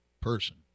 person